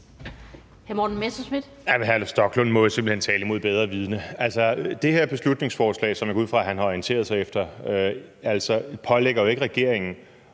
Rasmus Stoklund må jo simpelt hen tale imod bedre vidende. Det her beslutningsforslag, som jeg går ud fra at han har orienteret sig efter, pålægger jo ikke regeringen